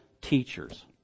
teachers